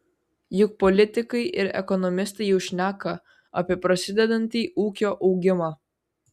juk politikai ir ekonomistai jau šneka apie prasidedantį ūkio augimą